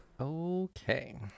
Okay